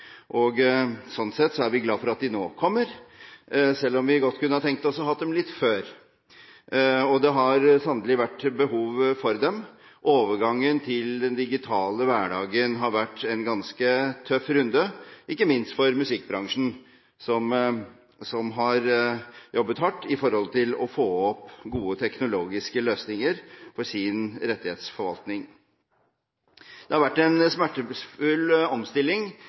i. Sånn sett er vi glade for at de nå kommer, selv om vi godt kunne ha tenkt oss å ha hatt dem litt før. Og det har sannelig vært behov for dem. Overgangen til den digitale hverdagen har vært en ganske tøff runde, ikke minst for musikkbransjen som har jobbet hardt for å få opp gode teknologiske løsninger for sin rettighetsforvaltning. Det er en smertefull omstilling,